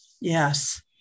Yes